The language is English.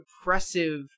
oppressive